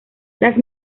las